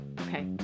okay